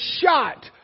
shot